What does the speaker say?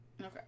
Okay